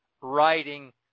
writing